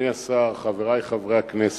אדוני השר, חברי חברי הכנסת,